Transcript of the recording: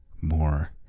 more